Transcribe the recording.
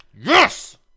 Yes